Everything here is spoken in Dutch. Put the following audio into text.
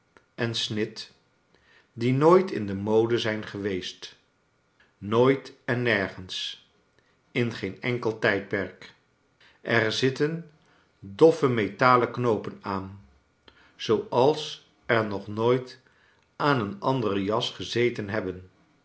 en snitj die nooit in de mode zijn geweest nooit en nergens in geen enkel tijdperk er zitten doffe metalen knoopen aan zooals er nog nooit aan een andere jas gezeten hebben